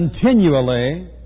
continually